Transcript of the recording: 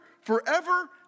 forever